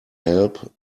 help